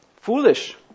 foolish